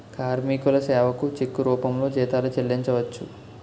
కార్మికుల సేవకు చెక్కు రూపంలో జీతాలు చెల్లించవచ్చు